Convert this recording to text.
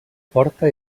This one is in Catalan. porta